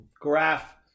graph